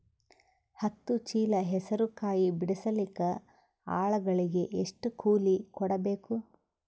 ಹತ್ತು ಚೀಲ ಹೆಸರು ಕಾಯಿ ಬಿಡಸಲಿಕ ಆಳಗಳಿಗೆ ಎಷ್ಟು ಕೂಲಿ ಕೊಡಬೇಕು?